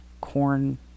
corn